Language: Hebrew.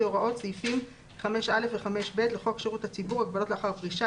הוראות סעיפים 5א ו-5ב לחוק שירות הציבור (הגבלות לאחר פרישה),